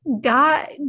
God